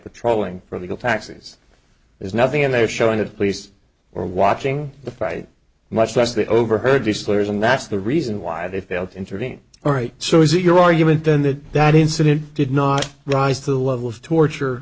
patrolling for illegal taxes there's nothing in there showing the police or watching the fight much less they overheard the slurs and that's the reason why they fail to intervene all right so is it your argument then that that incident did not rise to the level of torture